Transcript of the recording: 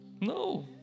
No